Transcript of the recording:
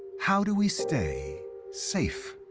how do we stay safe?